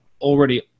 already